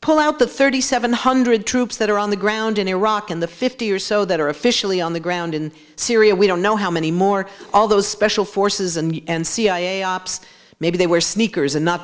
pull out the thirty seven hundred troops that are on the ground in iraq and the fifty or so that are officially on the ground in syria we don't know how many more all those special forces and cia ops maybe they were sneakers and not